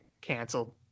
canceled